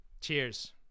Cheers